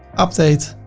update